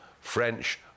French